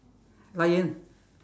lion